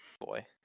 Boy